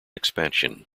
expansion